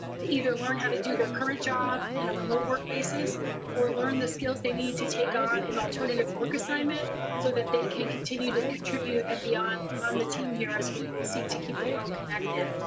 to either learn how to do their current jobs in a remote-work basis or learn the skills they need to take on an alternative work assignment so that they can continue to contribute and be on on the team here as we seek to keep the world connected.